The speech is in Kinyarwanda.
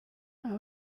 aho